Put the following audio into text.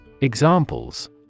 Examples